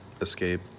Escape